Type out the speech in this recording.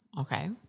okay